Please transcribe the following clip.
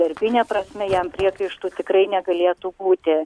darbine prasme jam priekaištų tikrai negalėtų būti